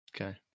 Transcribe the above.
okay